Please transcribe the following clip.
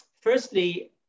Firstly